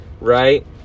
right